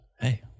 hey